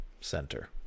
Center